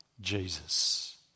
Jesus